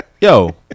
Yo